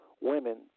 women